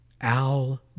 Al